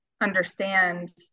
understand